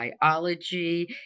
biology